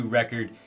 record